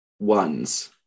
Ones